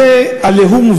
כשזה "עליהום",